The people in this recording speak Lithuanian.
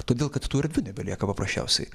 todėl kad tų erdvių nebelieka paprasčiausiai